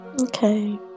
Okay